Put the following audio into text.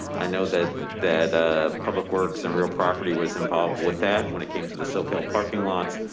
i know that that public works and real property was involved with that when it came to the soquel parking lots.